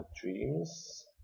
dreams